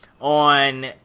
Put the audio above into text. on